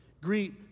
Greet